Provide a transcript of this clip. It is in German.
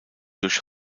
durch